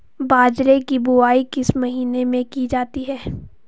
बाजरे की बुवाई किस महीने में की जाती है?